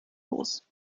los